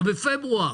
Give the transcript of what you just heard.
או בפברואר.